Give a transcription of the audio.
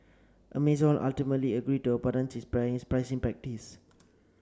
Amazon ultimately agreed to abandon its pricing practice